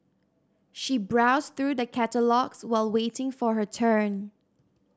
she browsed through the catalogues while waiting for her turn